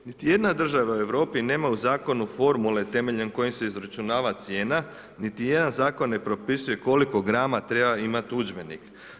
Niti jedna država u Europi nema u zakonu formule temeljem kojih se izračunava cijena niti jedan zakon ne propisuje koliko grama treba imati udžbenik.